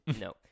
No